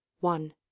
One